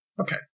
Okay